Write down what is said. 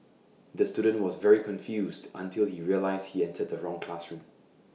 the student was very confused until he realised he entered the wrong classroom